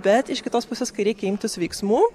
bet iš kitos pusės kai reikia imtis veiksmų